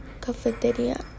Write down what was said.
cafeteria